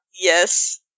Yes